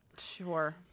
Sure